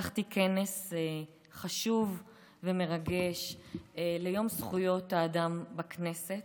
כנס חשוב ומרגש ליום זכויות האדם בכנסת.